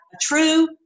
true